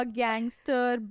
gangster